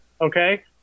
okay